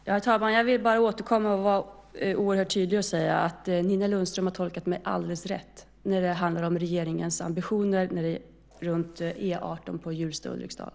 Herr talman! Jag vill bara återkomma och vara oerhört tydlig med att Nina Lundström har tolkat mig alldeles rätt när det handlar om regeringens ambitioner vad gäller E 18 mellan Hjulsta och Ulriksdal.